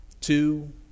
two